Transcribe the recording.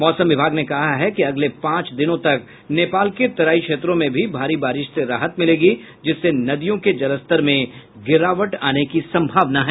मौसम विभाग ने कहा है कि अगले पांच दिनों तक नेपाल के तराई क्षेत्रों में भी भारी बारिश से राहत मिलेगी जिससे नदियों के जलस्तर में गिरावट आने की संभावना है